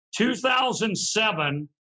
2007